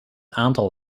aantal